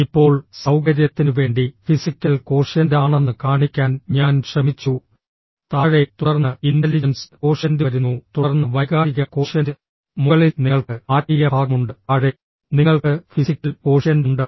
ഇപ്പോൾ സൌകര്യത്തിനുവേണ്ടി physical quotient ആണെന്ന് കാണിക്കാൻ ഞാൻ ശ്രമിച്ചു താഴെ തുടർന്ന് ഇന്റലിജൻസ് കോഷ്യന്റ് വരുന്നു തുടർന്ന് വൈകാരിക കോഷ്യന്റ് മുകളിൽ നിങ്ങൾക്ക് ആത്മീയ ഭാഗമുണ്ട് താഴെ നിങ്ങൾക്ക് ഫിസിക്കൽ കോഷ്യന്റ് ഉണ്ട്